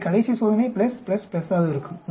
எனவே கடைசி சோதனை ஆக இருக்கும்